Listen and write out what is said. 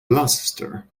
gloucester